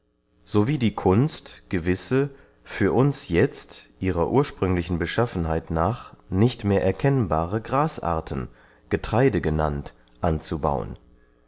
so wie die kunst gewisse für uns jetzt ihrer ursprünglichen beschaffenheit nach nicht mehr erkennbare grasarten getraide genannt anzubauen